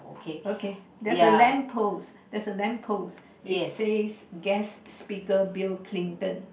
okay there's a lamp post there's a lamp post it says guest speaker Bill Clinton